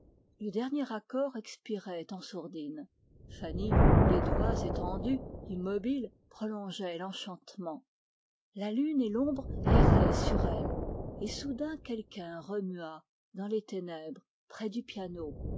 le dernier accord expirait en sourdine fanny les doigts étendus prolongeait l'enchantement la lune et l'ombre erraient sur elle quelqu'un remua dans les ténèbres près du piano